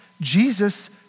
Jesus